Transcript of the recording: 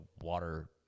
water